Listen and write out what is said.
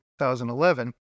2011